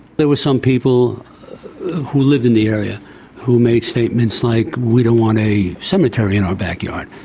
there were some people who live in the area who made statements like we don't want a cemetery in our backyard,